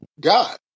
God